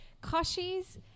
Kashi's